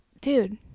dude